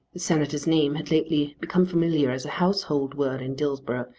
the senator's name had lately become familiar as a household word in dillsborough,